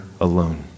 alone